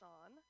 on